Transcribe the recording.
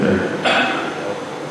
תראה,